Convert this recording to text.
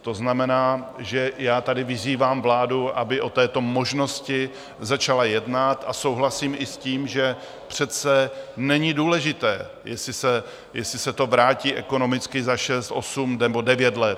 To znamená, že já tady vyzývám vládu, aby o této možnosti začala jednat, a souhlasím i s tím, že přece není důležité, jestli se to vrátí ekonomicky za šest, osm nebo devět let.